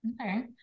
Okay